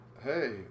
Hey